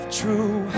true